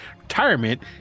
retirement